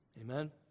Amen